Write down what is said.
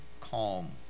Calm